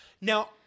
Now